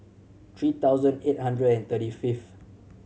three thousand eight hundred and thirty fifth